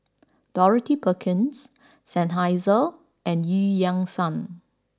Dorothy Perkins Seinheiser and Eu Yan Sang